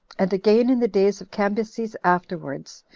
and again in the days of cambyses afterwards,